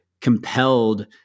compelled